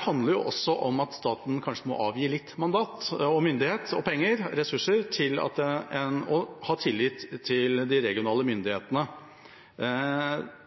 handler også om at staten kanskje må avgi litt mandat, myndighet, penger og ressurser og ha tillit til de regionale myndighetene.